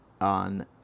on